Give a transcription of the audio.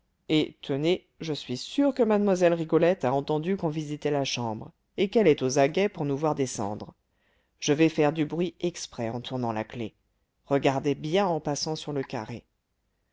et tenez je suis sûr que mlle rigolette a entendu qu'on visitait la chambre et qu'elle est aux aguets pour nous voir descendre je vais faire du bruit exprès en tournant la clef regardez bien en passant sur le carré